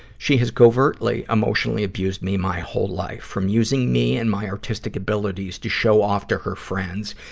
she has covertly emotionally abused me my whole life, from using me and my artistic abilities to show off to her friends,